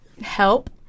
help